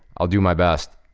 i'll do my best.